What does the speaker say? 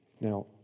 Now